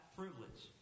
privilege